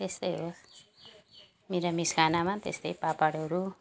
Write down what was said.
त्यस्तै हो निरामिस खानामा त्यस्तै पापडहरू